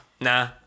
nah